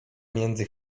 między